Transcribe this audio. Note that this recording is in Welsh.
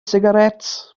sigaréts